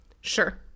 Sure